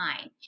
time